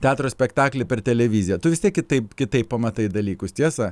teatro spektaklį per televiziją tu vis tiek kitaip kitaip pamatai dalykus tiesa